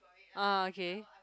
ah okay